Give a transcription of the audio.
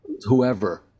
whoever